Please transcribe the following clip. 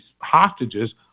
hostages